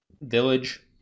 village